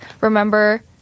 remember